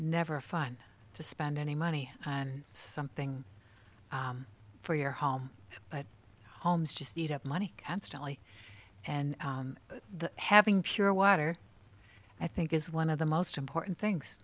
never fun to spend any money on something for your home but homes just eat up money constantly and having pure water i think is one of the most important